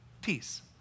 peace